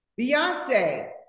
Beyonce